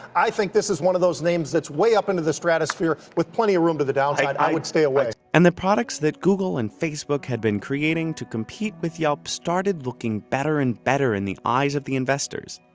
i think this is one of those names that's way up into the stratosphere with plenty of room to the downside. i would stay away. and the products that google and facebook had been creating to compete with yelp started looking better and better in the eyes of the investors.